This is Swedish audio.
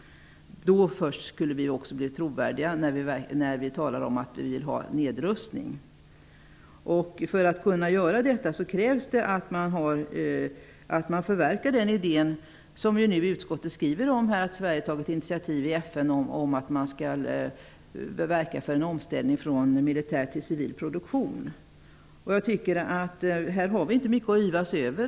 Först då blir Sverige trovärdigt när vi i Sverige talar om att Sverige vill ha nedrustning. För att kunna göra detta krävs det att man förverkligar den idé som utskottet skriver om, nämligen att Sverige tagit initiativ i FN till att verka för en omställning från militär till civil produktion. Sverige har inte mycket att yvas över.